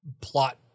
plot